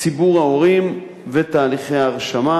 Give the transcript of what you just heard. ציבור ההורים ותהליכי ההרשמה,